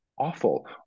awful